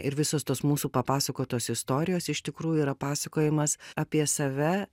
ir visos tos mūsų papasakotos istorijos iš tikrųjų yra pasakojimas apie save